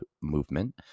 movement